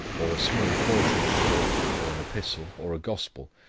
or a small portion of a book, or an epistle, or a gospel,